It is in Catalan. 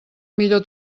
millor